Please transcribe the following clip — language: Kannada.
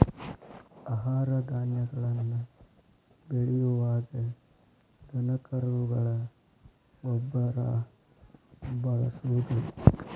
ಆಹಾರ ಧಾನ್ಯಗಳನ್ನ ಬೆಳಿಯುವಾಗ ದನಕರುಗಳ ಗೊಬ್ಬರಾ ಬಳಸುದು